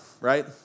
right